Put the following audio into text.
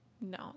No